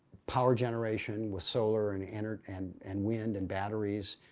power generation with solar and and and and wind and batteries.